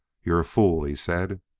you're a fool, he said.